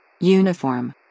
Uniform